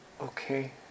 okay